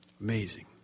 Amazing